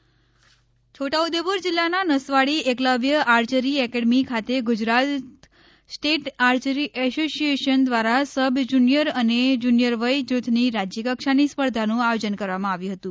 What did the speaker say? રાજ્ય કક્ષાની સ્પર્ધા છોટા ઉદેપુર જિલ્લાના નસવાડી એકલવ્ય આર્ચરી એકેડેમી ખાતે ગુજરાત સ્ટેટ આર્ચરી એસોસિયેશન દ્વારા સબ જુનિયર અને જુનિયર વય જૂથની રાજ્ય કક્ષાની સ્પર્ધાનું આયોજન કરવામાં આવ્યું હતું